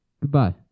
Goodbye